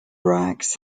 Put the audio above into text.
racks